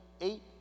eight